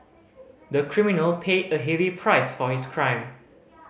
the criminal paid a heavy price for its crime